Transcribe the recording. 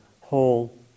whole